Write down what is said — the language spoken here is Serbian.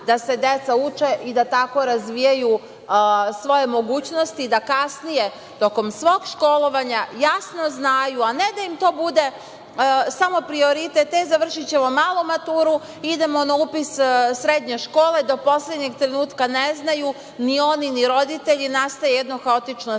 da se deca uče i da tako razvijaju svoje mogućnosti, da kasnije, tokom svog školovanja, jasno znaju, a ne da im to bude samo prioritet – završićemo malu maturu, idemo na upis srednje škole, do poslednjeg trenutka ne znaju ni oni, ni roditelji, nastaje jedno haotično stanje,